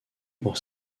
pour